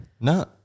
No